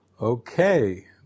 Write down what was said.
Okay